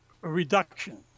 reduction